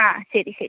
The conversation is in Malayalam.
ആ ശരി ശരി